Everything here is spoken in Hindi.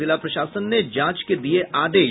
जिला प्रशासन ने जांच के दिये आदेश